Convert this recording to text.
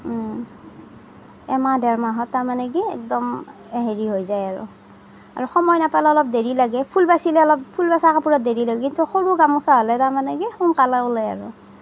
এমাহ ডেৰমাহত তাৰ মানে কি একদম হেৰি হৈ যায় আৰু আৰু সময় নাপালে অলপ দেৰি লাগে ফুল বাচিলে অলপ ফুল বচা কাপোৰত দেৰি লাগে কিন্তু সৰু গামোচা হ'লে তাৰমানে কি সোনকালে ওলায় আৰু